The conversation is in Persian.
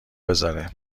بزاره